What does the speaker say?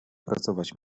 pracować